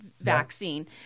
vaccine